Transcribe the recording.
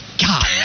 God